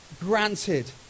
granted